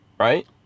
Right